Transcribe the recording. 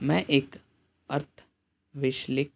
ਮੈਂ ਇੱਕ ਅਰਥ ਵਿਸ਼ਲਿਕ